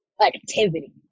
activity